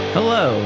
Hello